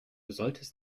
solltest